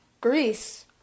Greece